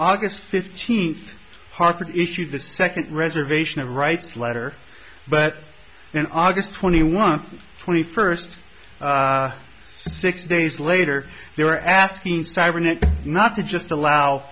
august fifteenth harvard issued the second reservation of rights letter but in august twenty one twenty first six days later they were asking cybernet not to just allow